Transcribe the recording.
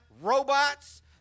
robots